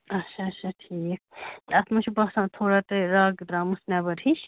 اچھا اچھا ٹھیٖک اَتھ ما چھُو باسان تھوڑا تۄہہِ رَگ درٛامٕژ نیٚبَر ہِش